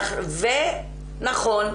נכון,